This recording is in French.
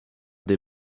des